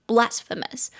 Blasphemous